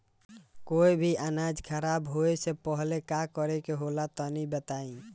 कोई भी अनाज खराब होए से पहले का करेके होला तनी बताई?